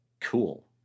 cool